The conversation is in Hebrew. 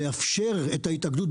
לאפשר את ההתאגדות,